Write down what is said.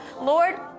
Lord